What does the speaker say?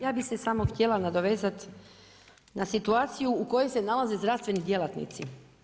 Ja bi se samo htjela nadovezati na situaciju u kojoj se nalaze zdravstveni djelatnici.